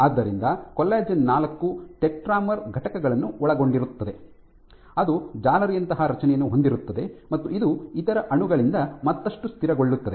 ಆದ್ದರಿಂದ ಕೊಲ್ಲಜೆನ್ ನಾಲ್ಕು ಟೆಟ್ರಾಮರ್ ಘಟಕಗಳನ್ನು ಒಳಗೊಂಡಿರುತ್ತದೆ ಅದು ಜಾಲರಿಯಂತಹ ರಚನೆಯನ್ನು ಹೊಂದಿರುತ್ತದೆ ಮತ್ತು ಇದು ಇತರ ಅಣುಗಳಿಂದ ಮತ್ತಷ್ಟು ಸ್ಥಿರಗೊಳ್ಳುತ್ತದೆ